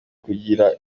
kugira